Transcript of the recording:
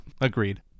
Agreed